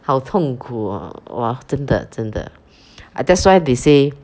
好痛苦 ah !wah! 真的真的 I that's why they say